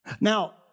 Now